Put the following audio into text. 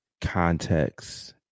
context